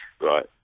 right